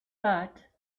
but